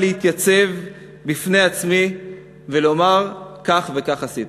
להתייצב בפני עצמי ולומר: כך וכך עשיתי.